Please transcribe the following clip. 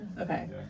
okay